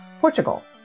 Portugal